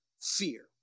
fear